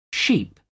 Sheep